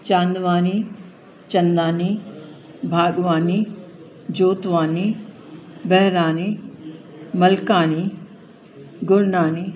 Chandwani Chandani Bhagwani Jotwani Behrani Malkani Gurnani